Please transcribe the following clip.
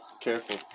Careful